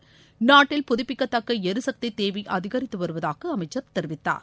றாட்டில் புதுப்பிக்கத்தக்க ளிசக்தி தேவை அதிகரித்து வருவதாக அமைச்சர் தெரிவித்தார்